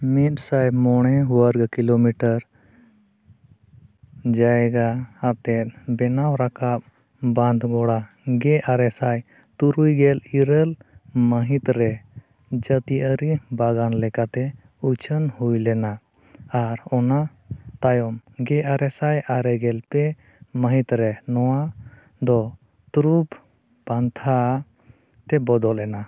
ᱢᱤᱫ ᱥᱟᱭ ᱢᱚᱬᱮ ᱵᱚᱨᱜᱚ ᱠᱤᱞᱳᱢᱤᱴᱟᱨ ᱡᱟᱭᱜᱟ ᱟᱛᱮᱫ ᱵᱮᱱᱟᱣ ᱨᱟᱠᱟᱵ ᱵᱟᱸᱫᱷᱵᱚᱜᱳᱲᱳ ᱜᱮ ᱟᱨᱮ ᱥᱟᱭ ᱛᱩᱨᱩᱭ ᱜᱮᱞ ᱤᱨᱟᱹᱞ ᱥᱟᱹᱦᱤᱛᱨᱮ ᱡᱟᱹᱛᱤᱭᱟᱹᱨᱤ ᱵᱟᱜᱟᱱ ᱞᱮᱠᱟᱛᱮ ᱩᱪᱷᱟᱹᱱ ᱦᱩᱭ ᱞᱮᱱᱟ ᱟᱨ ᱚᱱᱟ ᱛᱟᱭᱚᱢ ᱜᱮ ᱟᱨᱮ ᱥᱟᱭ ᱟᱨᱮ ᱜᱮᱞ ᱯᱮ ᱥᱟᱹᱦᱤᱛᱨᱮ ᱱᱚᱣᱟ ᱫᱚ ᱛᱨᱩᱯᱷ ᱯᱟᱱᱛᱷᱟᱛᱮ ᱵᱚᱫᱚᱞ ᱞᱮᱱᱟ